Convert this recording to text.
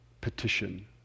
petition